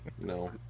No